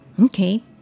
Okay